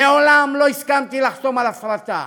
מעולם לא הסכמתי לחתום על הפרטה.